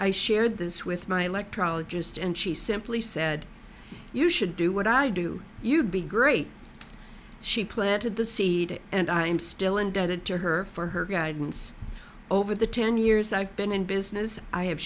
i shared this with my electrode just and she simply said you should do what i do you'd be great she planted the seed and i am still indebted to her for her guidance over the ten years i've been in business i have